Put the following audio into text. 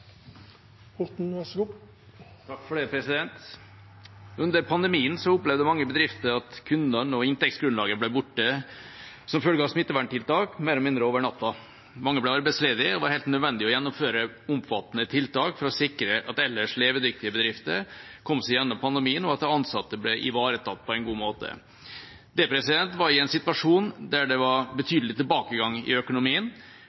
Under pandemien opplevde mange bedrifter at kundene og inntektsgrunnlaget ble borte som følge av smitteverntiltak – mer eller mindre over natta. Mange ble arbeidsledige, og det var helt nødvendig å gjennomføre omfattende tiltak for å sikre at ellers levedyktige bedrifter kom seg gjennom pandemien, og at de ansatte ble ivaretatt på en god måte. Det var i en situasjon der det var